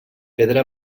pedra